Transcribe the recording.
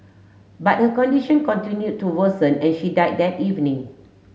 but her condition continue to worsen and she died that evening